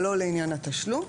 אבל לא לעניין התשלום.